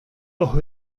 hocʼh